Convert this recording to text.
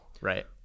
right